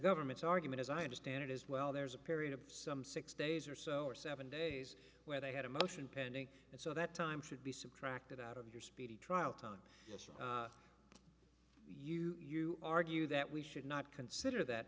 government's argument as i understand it as well there's a period of some six days or so or seven days where they had a motion pending and so that time should be subtracted out of your speedy trial time you argue that we should not consider that